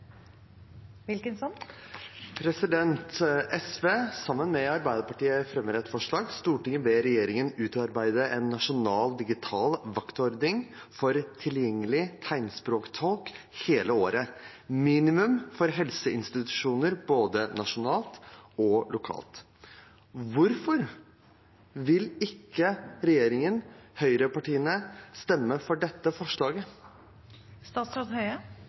SV fremmer sammen med Arbeiderpartiet et forslag: «Stortinget ber regjeringen utarbeide en nasjonal digital vaktordning for tilgjengelige tegnspråktolker hele året, minimum for helseinstitusjoner både nasjonalt og lokalt.» Hvorfor vil ikke regjeringen, høyrepartiene, stemme for dette